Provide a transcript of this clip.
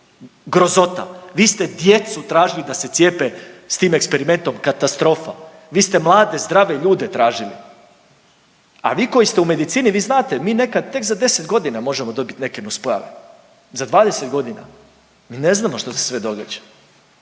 grozota, vi ste djecu tražili da se cijepe s tim eksperimentom, katastrofa. Vi ste mlade, zdrave ljude tražili, a vi koji ste u medicini vi znate mi nekad tek za 10.g. možemo dobit neke nus pojave, za 20.g., mi ne znamo što se sve događa